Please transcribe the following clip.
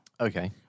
Okay